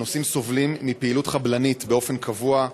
הנוסעים סובלים מפעילות חבלנית באופן קבוע: